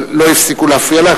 אבל לא הפסיקו להפריע לך,